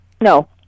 No